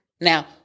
Now